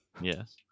Yes